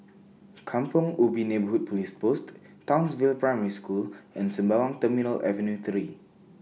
Kampong Ubi Neighbourhood Police Post Townsville Primary School and Sembawang Terminal Avenue three